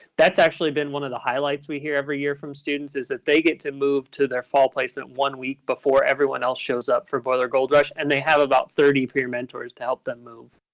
that's actually been one of the highlights we hear every year from students is that they get to move to their fall placement one week before everyone else shows up for boiler gold rush, and they have about thirty peer mentors to help them move?